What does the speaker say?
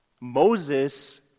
Moses